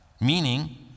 Meaning